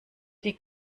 die